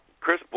Chris